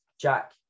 Jack